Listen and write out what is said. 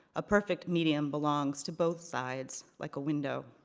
a perfect medium belongs to both sides, like a window.